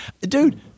Dude